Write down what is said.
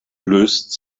löst